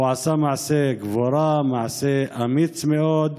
הוא עשה מעשה גבורה, מעשה אמיץ מאוד.